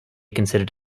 considered